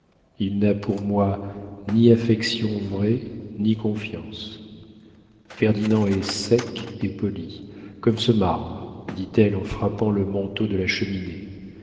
il n'a pour moi ni affection vraie ni confiance ferdinand est sec et poli comme ce marbre dit-elle en frappant le manteau de la cheminée